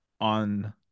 on